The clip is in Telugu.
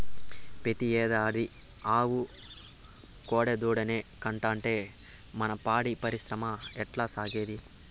పెతీ ఏడాది ఆవు కోడెదూడనే కంటాంటే మన పాడి పరిశ్రమ ఎట్టాసాగేది